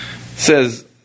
says